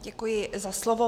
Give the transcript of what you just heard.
Děkuji za slovo.